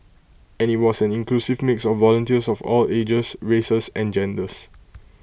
and IT was an inclusive mix of volunteers of all ages races and genders